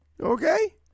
Okay